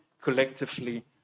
collectively